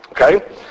Okay